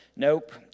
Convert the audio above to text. Nope